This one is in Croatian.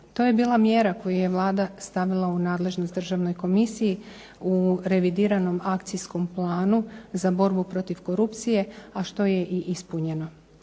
To je bila mjera koju je Vlada stavila u nadležnost Državnoj komisiji u revidiranom akcijskom planu za borbu protiv korupcije, a što je i ispunjeno.